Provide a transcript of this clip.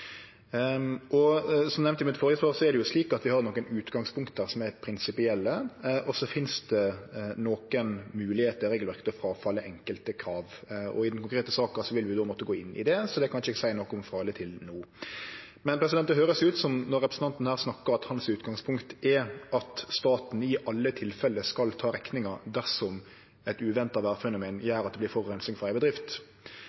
Som nemnt i det førre svaret mitt, er det slik at vi har nokre utgangspunkt som er prinsipielle, og så finst det nokre moglegheiter i regelverket til å gje avkall på enkelte krav. I den konkrete saka vil vi då måtte gå inn i det, så det kan eg ikkje no seie noko om, frå eller til. Når representanten snakkar her, høyrest det ut som at utgangspunktet hans er at staten i alle tilfelle skal ta rekninga dersom eit uventa